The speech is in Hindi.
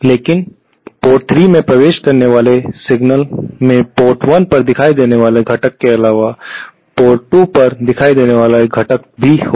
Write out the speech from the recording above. लेकिन पोर्ट 3 में प्रवेश करने वाले सिग्नल में पोर्ट 1 पर दिखाई देने वाले घटक के अलावा पोर्ट 2 पर दिखने वाला एक घटक भी होगा